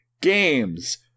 games